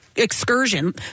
Excursion